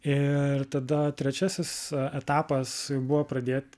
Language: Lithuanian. ir tada trečiasis etapas buvo pradėt